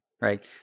right